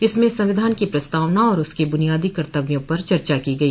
इसमें संविधान की प्रस्तावना और उसके बुनियादी कर्तव्यों पर चर्चा की गई